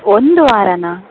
ಒಂದು ವಾರನಾ